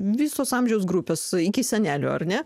visos amžiaus grupės iki senelių ar ne